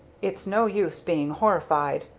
it's no use being horrified.